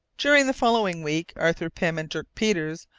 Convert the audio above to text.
during the following week, arthur pym and dirk peters,